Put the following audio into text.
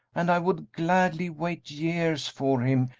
and i would gladly wait years for him,